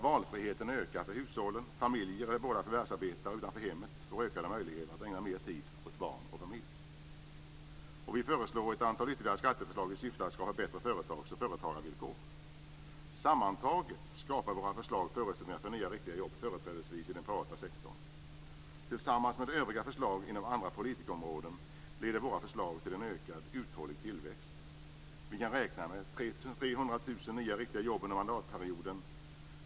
Valfriheten ökar för hushållen. Familjer där båda förvärvsarbetar utanför hemmet får ökade möjligheter att ägna mer tid åt barn och familj. Vi har även ett antal ytterligare skatteförslag i syfte att skapa bättre företags och företagarvillkor. Sammantaget skapar våra förslag förutsättningar för nya, riktiga jobb, företrädesvis inom den privata sektorn. Tillsammans med övriga förslag inom andra politikområden leder våra förslag till en ökad, uthållig tillväxt. Vi kan räkna med 300 000 nya, riktiga jobb under mandatperioden.